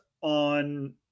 on